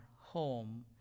home